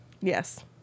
yes